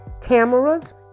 cameras